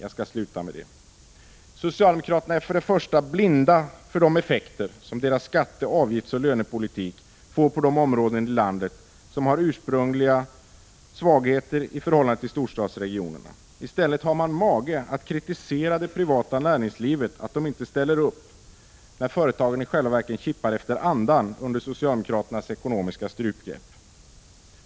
För det första: Socialdemokraterna är blinda för de effekter som deras skatte-, avgiftsoch lönepolitik får på de områden i landet som har ursprungliga svagheter i förhållande till storstadsregionerna. I stället har man mage att kritisera det privata näringslivet för att det inte ställer upp när företagen i själva verket kippar efter andan under socialdemokraternas ekonomiska strupgrepp.